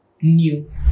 new